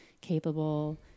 capable